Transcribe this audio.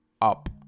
up